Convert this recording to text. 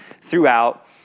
throughout